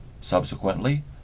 Subsequently